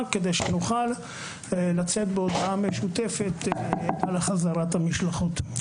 כדי שנוכל לצאת בהודעה משותפת על חזרת המשלחות לפולין.